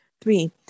Three